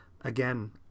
Again